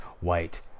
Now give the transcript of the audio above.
white